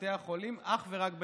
לבתי החולים אך ורק בנצרת,